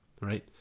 Right